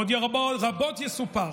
עוד רבות יסופר